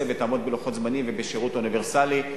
ותעמוד בלוחות זמנים ובשירות אוניברסלי.